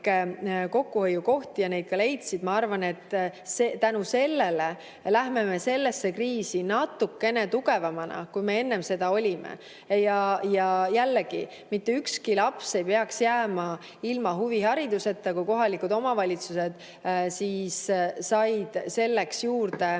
kokkuhoiukohti ja neid ka leidsid, ma arvan, me lähme sellesse kriisi natukene tugevamana, kui me enne seda olime. Jällegi: mitte ükski laps ei peaks jääma ilma huvihariduseta. Kohalikud omavalitsused said selleks [raha]